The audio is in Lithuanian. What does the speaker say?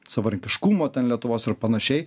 savarankiškumo ten lietuvos ir panašiai